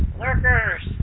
lurkers